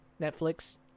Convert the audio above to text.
Netflix